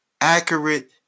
accurate